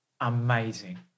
amazing